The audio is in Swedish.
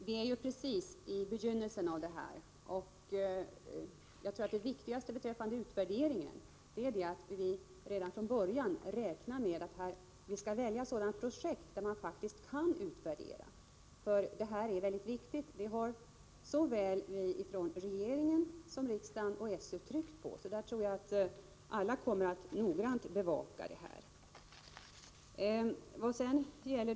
Herr talman! Vi är just nu i begynnelsen av den här verksamheten. Jag tror att det viktigaste beträffande utvärderingen är att vi redan från början inriktar oss på att välja sådana projekt som faktiskt går att utvärdera. Utvärderingen är nämligen mycket viktig. Detta har såväl regeringen som riksdagen och skolöverstyrelsen tryckt på, så därför tror jag att alla kommer att noggrant bevaka den frågan.